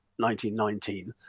1919